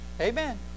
Amen